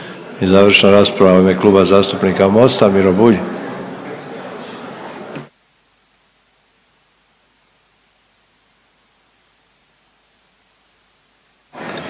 I završna rasprava u ime Kluba zastupnika Mosta Miro Bulj.